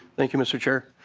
thank you mr. chair